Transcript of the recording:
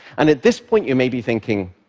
and at this point, you may be thinking,